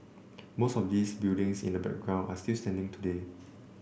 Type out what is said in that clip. most of those buildings in the background are still standing today